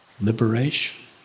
liberation